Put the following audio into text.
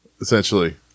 essentially